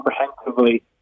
comprehensively